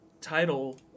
title